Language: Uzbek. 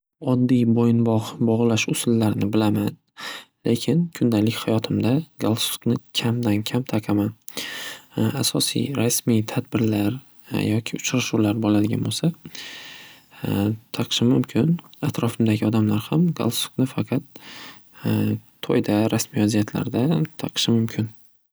Oddiy bo'yn bog' bo'lash usullarini bilaman, lekin kundalik hayotimda galstukni kamdan kam taqaman. Asosiy rasmiy tadbirlar yoki uchrashuvlar bo'ladigan bo'lsa taqishim mumkin. Atrofimdagi odamlar ham galstukni faqat to'yda rasmiy vaziyatlarda taqishi mumkin.